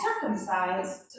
circumcised